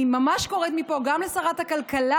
אני ממש קוראת מפה גם לשרת הכלכלה,